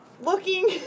looking